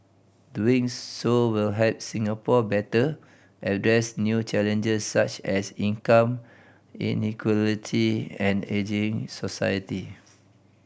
doing so will help Singapore better address new challenges such as income inequality and ageing society